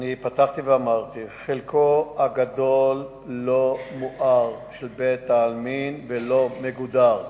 אני פתחתי ואמרתי שחלקו הגדול של בית-העלמין לא מואר ולא מגודר,